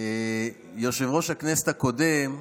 יושב-ראש הכנסת הקודם,